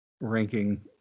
ranking